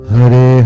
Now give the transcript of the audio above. Hare